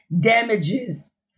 damages